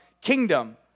kingdom